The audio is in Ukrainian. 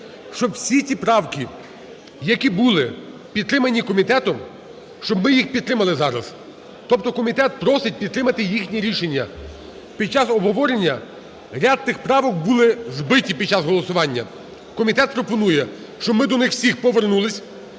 щоб всі ті правки, які були підтримані комітетом, щоб ми їх підтримали зараз, тобто комітет просить підтримати їхнє рішення. Під час обговорення ряд тих правок були збиті під час голосування. Комітет пропонує, щоб ми до них всіх повернулись,